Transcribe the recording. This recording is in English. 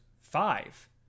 five